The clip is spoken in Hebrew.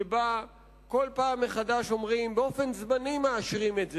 שבה כל פעם מחדש אומרים: באופן זמני מאשרים את זה,